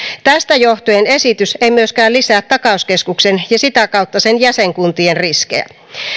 tästä johtuen esitys ei myöskään lisää takauskeskuksen ja sitä kautta sen jäsenkuntien riskejä